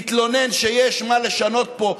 מתלונן שיש מה לשנות פה,